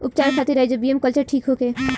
उपचार खातिर rhizobium culture ठीक होखे?